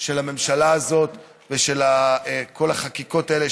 של הממשלה הזאת ושל כל החקיקות האלה,